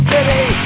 City